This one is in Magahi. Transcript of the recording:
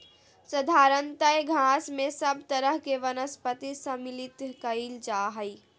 साधारणतय घास में सब तरह के वनस्पति सम्मिलित कइल जा हइ